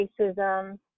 racism